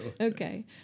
Okay